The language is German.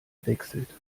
wechselt